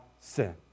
sin